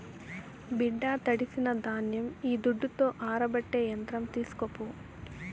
బిడ్డా తడిసిన ధాన్యం ఈ దుడ్డుతో ఆరబెట్టే యంత్రం తీస్కోపో